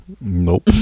nope